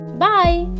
bye